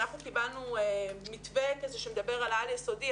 אנחנו קיבלנו מתווה שמדבר על העל-יסודי,